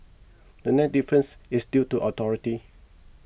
the net difference is due to authority